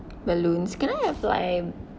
balloons can I have like